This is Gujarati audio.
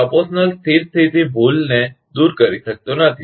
પ્ર્પોશનલ સ્થિર સ્થિતિ ભૂલને દૂર કરી શકતો નથી